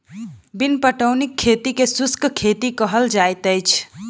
बिन पटौनीक खेती के शुष्क खेती कहल जाइत छै